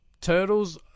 Turtles